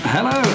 Hello